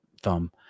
thumb